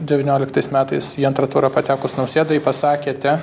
devynioliktas metais į antrą turą patekus nausėdai pasakėte